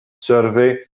Survey